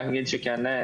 וכד'?